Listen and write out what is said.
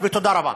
ותודה רבה.